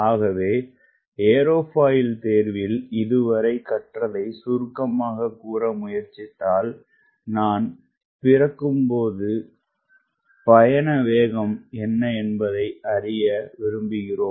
ஆகவே ஏரோபாயில் தேர்வில் இதுவரைகற்றதைசுருக்கமாக கூறமுயற்சித்தால்நான்பிறக்கும்போதுபயணவேகம் என்ன என்பதை அறிய விரும்புகிறோம்